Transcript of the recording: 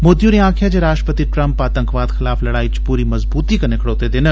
मोदी होरें आक्खेआ जे राश्ट्रपति ट्रंप आतंकवाद खलाफ लड़ाई च पूरी मजबूती कन्नै खड़ोते दे न